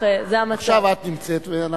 זה המצב.